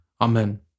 Amen